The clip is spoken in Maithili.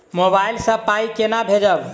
मोबाइल सँ पाई केना भेजब?